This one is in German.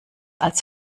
als